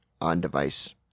on-device